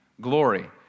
glory